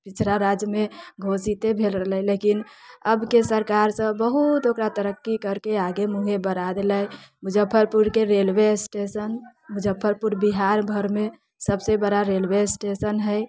पिछड़ा राज्यमे घोषिते भेल रहलै लेकिन अबके सरकार सभ बहुत ओकरा तरक्की करके आगे मुँहे आगे बढ़ा देलै मुजफ्फरपुरके रेलवे स्टेशन मुजफ्फरपुर बिहार भरिमे सभसँ बड़ा रेलवे स्टेशन हय